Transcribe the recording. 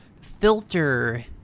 filter